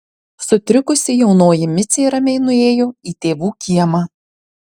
sutrikusi jaunoji micė ramiai nuėjo į tėvų kiemą